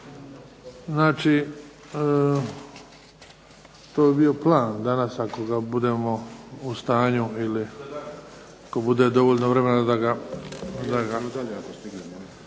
Znači, to bi bio plan danas ako ga budemo u stanju ili ako bude dovoljno vremena.